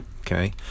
Okay